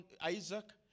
Isaac